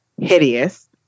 hideous